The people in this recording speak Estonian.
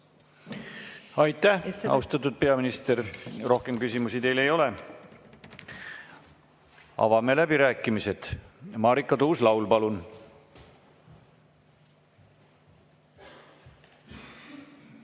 Aitäh, austatud peaminister! Rohkem küsimusi teile ei ole. Avame läbirääkimised. Marika Tuus-Laul, palun!